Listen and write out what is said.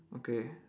okay